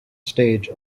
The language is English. stage